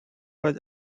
was